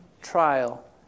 trial